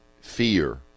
fear